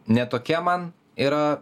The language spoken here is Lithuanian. ne tokia man yra